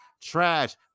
trash